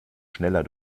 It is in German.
schneller